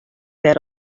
wer